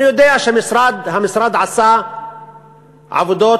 אני יודע שהמשרד עשה עבודות